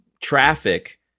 traffic